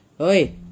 Oi